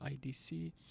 IDC